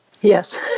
yes